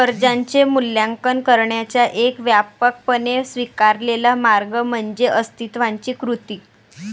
कर्जाचे मूल्यांकन करण्याचा एक व्यापकपणे स्वीकारलेला मार्ग म्हणजे अस्तित्वाची कृती